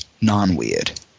non-weird